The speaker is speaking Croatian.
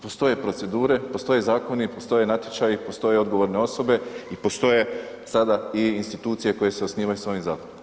Postoje procedure, postoje zakoni, postoje natječaji, postoje odgovorne osobe i postoje sada i institucije koje se osnivaju s ovim zakonom.